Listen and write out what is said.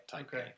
Okay